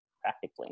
practically